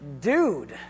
dude